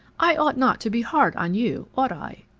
i ought not to be hard on you, ought i?